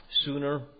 sooner